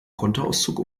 kontoauszug